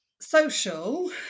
social